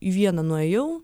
į vieną nuėjau